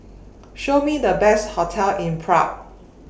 Show Me The Best hotels in Prague